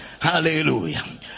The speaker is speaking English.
Hallelujah